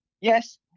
Yes